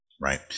right